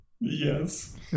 Yes